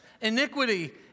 iniquity